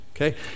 okay